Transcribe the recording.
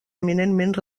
eminentment